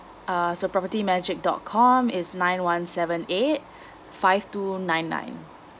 uh so property magic dot com is nine one seven eight five two nine nine